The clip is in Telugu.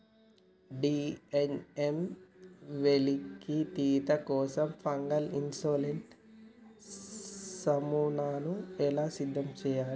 డి.ఎన్.ఎ వెలికితీత కోసం ఫంగల్ ఇసోలేట్ నమూనాను ఎలా సిద్ధం చెయ్యాలి?